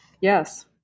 Yes